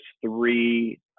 three